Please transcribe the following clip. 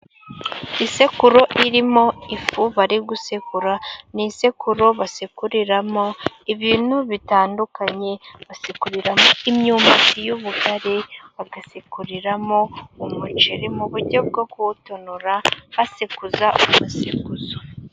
Isekuru irimo ifu bari gusekura, ni isekuru basekuriramo ibintu bitandukanye. Basekuriramo imyumbati y'ubugari, bagasekuriramo umuceri mu buryo bwo kuwutonora basekuza umuseguzo.